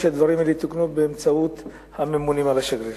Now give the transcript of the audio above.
שהדברים האלה יתוקנו באמצעות הממונים על השגריר.